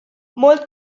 molt